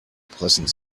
pleasant